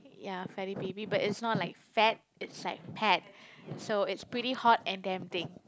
ya Fatty Baby but it's not like fat it's like pet so it's pretty hot and damn thing